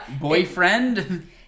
Boyfriend